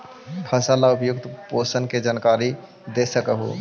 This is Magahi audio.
फसल ला उपयुक्त पोषण के जानकारी दे सक हु?